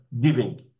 giving